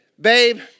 babe